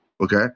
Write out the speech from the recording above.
okay